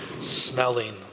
smelling